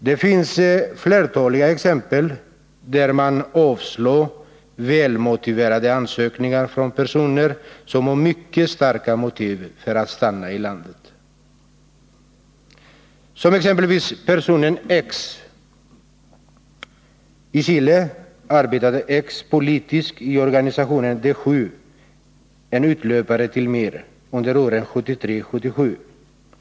Det finns flertaliga exempel på att man avslår välmotiverade ansökningar från personer som har mycket 87 starka motiv för att stanna i landet. Detta gäller exempelvis personen X. I Chile arbetade X politiskt i organisationen De sju — en utlöpare till MIR — under åren 1973-1977.